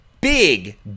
big